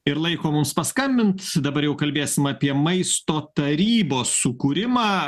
ir laiko mums paskambint dabar jau kalbėsim apie maisto tarybos sukūrimą